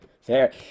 Fair